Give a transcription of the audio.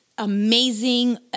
amazing